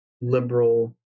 liberal